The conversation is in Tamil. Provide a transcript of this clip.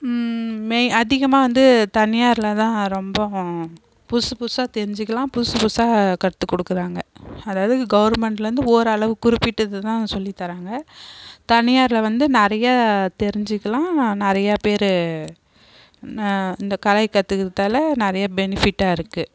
மே அதிகமாக வந்து தனியாரிலண தான் ரொம்பவும் புதுசு புதுசாக தெரிஞ்சுக்கிலாம் புதுசு புதுசாக கற்றுக் கொடுக்குறாங்க அதாவது கவர்மெண்ட்லருந்து ஓரளவுக்கு குறிப்பிட்டதது தான் சொல்லி தராங்க தனியாரில் வந்து நிறையா தெரிஞ்சுக்கிலாம் நான் நிறைய பேர் இந்த கலை கற்றுக்குறத்தால நிறைய பெனிஃபிட்டாக இருக்குது